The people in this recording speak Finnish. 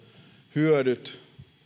hyödyt